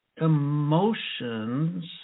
emotions